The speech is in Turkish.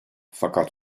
fakat